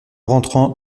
rentrant